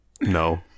No